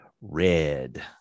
Red